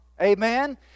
Amen